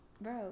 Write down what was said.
bro